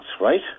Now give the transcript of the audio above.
right